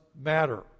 matter